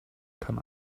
kann